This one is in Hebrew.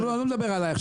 אני לא מדבר עליי,